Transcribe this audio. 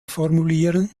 formulieren